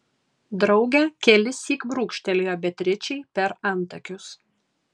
draugė kelissyk brūkštelėjo beatričei per antakius